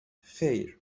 خیر